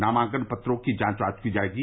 नामांकन पत्रों की जांच आज की जाएगी